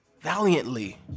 valiantly